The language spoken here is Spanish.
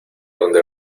dónde